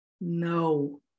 No